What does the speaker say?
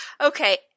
okay